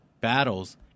battles